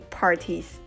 parties